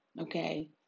Okay